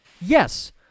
Yes